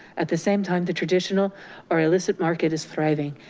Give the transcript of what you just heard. at the same time, the traditional or illicit market is thriving.